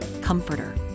comforter